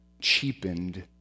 cheapened